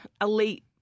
elite